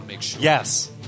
Yes